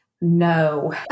No